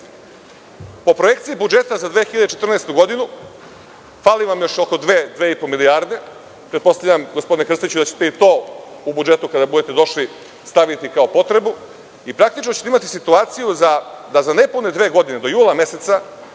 ne. Po projekciji budžeta za 2014. godinu, fali vam još oko dve, dve i po milijarde. Pretpostavljam, gospodine Krstiću, da ćete i to u budžetu, kada budete došli, staviti kao potrebu i praktično ćete imati situaciju da za nepune dve godine, do jula meseca,